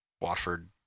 Watford